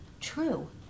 true